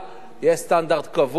יש סטנדרט קבוע,